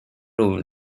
over